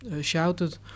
shouted